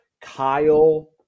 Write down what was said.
Kyle